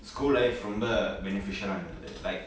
school life ரொம்ப:romba benefical இருந்தது:irunthathu